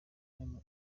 kane